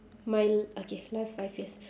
my l~ okay last five years